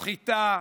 סחיטה,